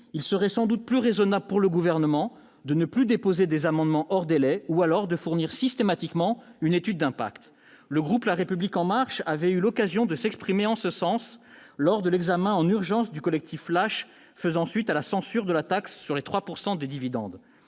il serait probablement plus raisonnable pour le Gouvernement de ne plus déposer des amendements hors délai, ou alors de fournir systématiquement une étude d'impact. Le groupe La République En Marche avait eu l'occasion de s'exprimer en ce sens lors de l'examen en urgence du collectif « flash » faisant suite à la censure de la taxe de 3 % sur les dividendes.